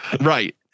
right